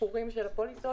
ותמחורים של הפוליסות.